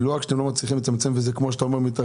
לא רק שאתם לא מצליחים לצמצם וכמו אתה אומר המספר